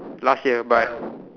last year but